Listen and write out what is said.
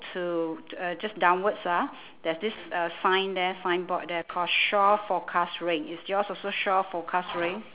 to uh just downwards ah there's this uh sign there signboard there called shore forecast rain is your also shore forecast rain